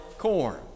corn